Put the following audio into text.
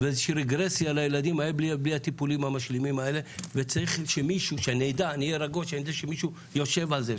אני אהיה רגוע כשאני אדע שמישהו יושב על זה.